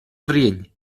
bhriain